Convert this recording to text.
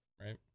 right